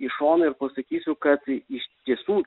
į šoną ir pasakysiu kad iš tiesų